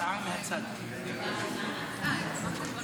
יש הודעה אישית של חבר הכנסת מנסור עבאס,